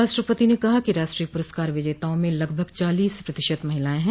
राष्ट्रपति ने कहा कि राष्ट्रीय पुरस्कार विजेताओं में लगभग चालीस प्रतिशत महिलाएं हैं